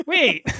Wait